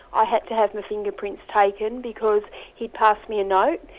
i had to have my fingerprints taken, because he passed me a note,